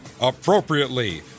appropriately